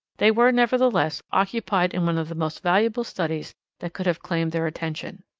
they were, nevertheless, occupied in one of the most valuable studies that could have claimed their attention.